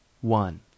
one